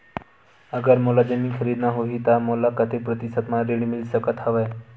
अगर मोला जमीन खरीदना होही त मोला कतेक प्रतिशत म ऋण मिल सकत हवय?